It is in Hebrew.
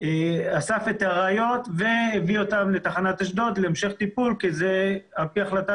אסף את הראיות והביא אותן לתחנת אשדוד להמשך טיפול כי על-פי החלטה